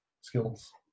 skills